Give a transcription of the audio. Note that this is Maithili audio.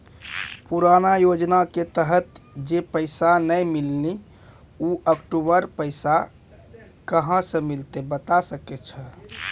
पुराना योजना के तहत जे पैसा नै मिलनी ऊ अक्टूबर पैसा कहां से मिलते बता सके आलू हो?